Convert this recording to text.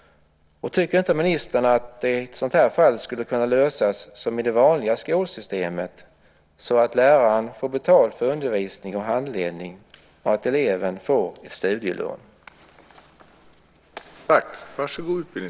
Tycker inte ministern att ett sådant här fall skulle kunna lösas som i det vanliga skolsystemet, så att läraren får betalt för undervisning och handledning och eleven får ett studielån?